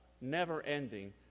never-ending